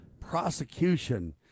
prosecution